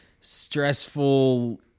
stressful